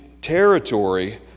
territory